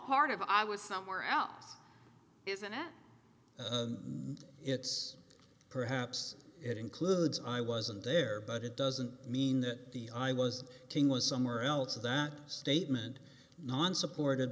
part of i was somewhere else is an at it's perhaps it includes i wasn't there but it doesn't mean that the i was was somewhere else that statement none supported